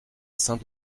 saint